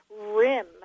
rim